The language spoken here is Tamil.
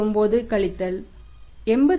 99 கழித்தல் 87